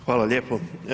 Hvala lijepo.